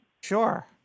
Sure